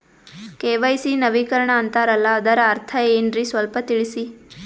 KYC ನವೀಕರಣ ಅಂತಾರಲ್ಲ ಅದರ ಅರ್ಥ ಏನ್ರಿ ಸ್ವಲ್ಪ ತಿಳಸಿ?